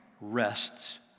rests